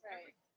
Right